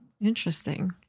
Interesting